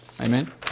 Amen